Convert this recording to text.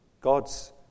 God's